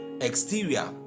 Exterior